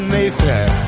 Mayfair